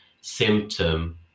symptom